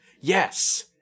Yes